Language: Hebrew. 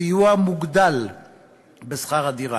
סיוע מוגדל בשכר הדירה.